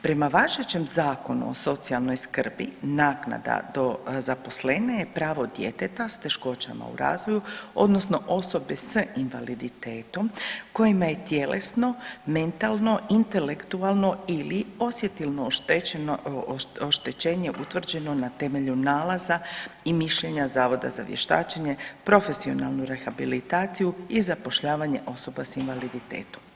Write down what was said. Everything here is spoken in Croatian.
Prama važećem Zakonu o socijalnoj skrbi naknada do zaposlenja je pravo djeteta s teškoćama u razvoju odnosno osobe sa invaliditetom kojima je tjelesno, mentalno, intelektualno ili osjetilno oštećenje utvrđeno na temelju nalaza i mišljenja Zavoda za vještačenje, profesionalnu rehabilitaciju i zapošljavanje osoba s invaliditetom.